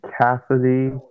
Cassidy